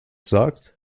sagt